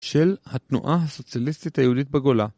של התנועה הסוציאליסטית היהודית בגולה.